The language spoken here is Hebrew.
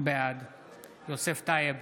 בעד יוסף טייב,